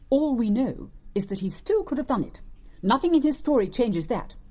all we know is that he still could've done it nothing in his story changes that,